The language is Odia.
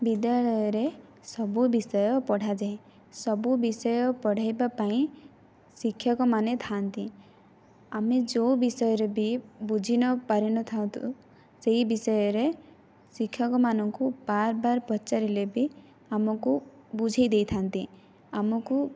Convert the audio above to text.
ବିଦ୍ୟାଳୟରେ ସବୁ ବିଷୟ ପଢ଼ାଯାଏ ସବୁ ବିଷୟ ପଢାଇବା ପାଇଁ ଶିକ୍ଷକମାନେ ଥା'ନ୍ତି ଆମେ ଯେଉଁ ବିଷୟରେ ବି ବୁଝି ନ ପାରି ନ ଥା'ନ୍ତୁ ସେହି ବିଷୟରେ ଶିକ୍ଷକମାନଙ୍କୁ ବାର ବାର ପଚାରିଲେ ବି ଆମକୁ ବୁଝାଇଦେଇଥା'ନ୍ତି ଆମକୁ